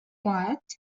what